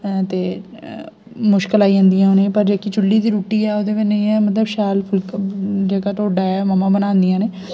ते मुश्कल आई जंदी उनेंगी पर जेह्की चुल्ली दी रुट्टी ऐ ओह्दे कन्नै ऐ एह् मतलब कि शैल फुलका जेह्का टोडा एह् मम्मी बनांदिया न